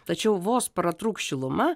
tačiau vos pratrūks šiluma